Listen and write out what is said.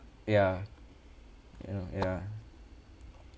ya ya ya